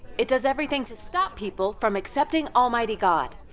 it does everything to stop people from accepting almighty god.